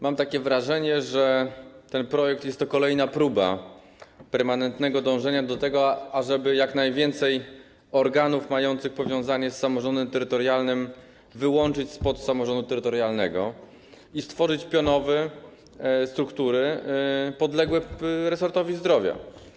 Mam wrażenie, że ten projekt jest kolejnym przykładem permanentnego dążenia do tego, ażeby jak najwięcej organów mających powiązanie z samorządem terytorialnym wyłączyć spod działania samorządu terytorialnego i stworzyć pionowe struktury podległe resortowi zdrowia.